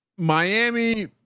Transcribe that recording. miami.